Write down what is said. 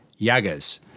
Yagas